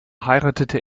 heiratete